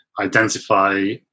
identify